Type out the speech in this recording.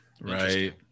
Right